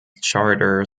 charter